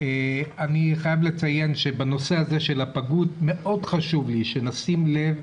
אני חייב לציין שבנושא הזה של הפגות מאוד חשוב לי שנשים לב,